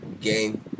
game